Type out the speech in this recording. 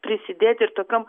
prisidėti ir tokiom